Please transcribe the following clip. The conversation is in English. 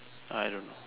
I don't know